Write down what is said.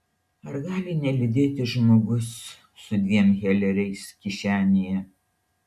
ar gali neliūdėti žmogus su dviem heleriais kišenėje